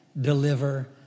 deliver